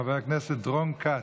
חבר הכנסת כץ,